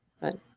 but-